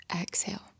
Exhale